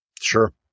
Sure